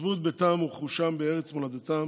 עזבו את ביתם ורכושם בארץ מולדתם